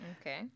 Okay